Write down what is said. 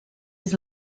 his